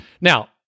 Now